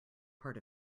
part